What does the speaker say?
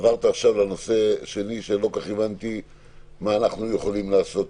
עברת עכשיו לנושא השני שלא כל כך הבנתי מה אנחנו יכולים לעשות